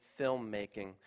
filmmaking